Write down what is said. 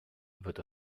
wird